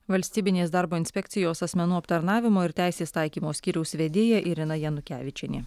valstybinės darbo inspekcijos asmenų aptarnavimo ir teisės taikymo skyriaus vedėja irina janukevičienė